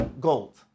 gold